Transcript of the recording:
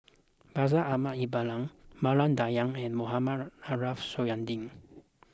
Bashir Ahmad Mallal Maria Dyer and Mohamed Ariff Suradi